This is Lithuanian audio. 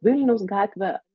vilniaus gatvę